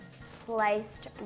sliced